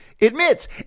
admits